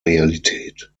realität